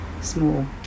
small